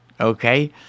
Okay